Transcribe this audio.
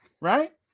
right